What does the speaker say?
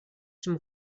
zum